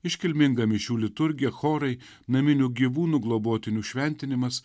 iškilminga mišių liturgija chorai naminių gyvūnų globotinių šventinimas